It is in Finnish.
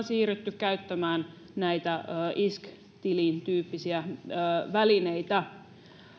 siirrytty käyttämään näitä isk tilin tyyppisiä välineitä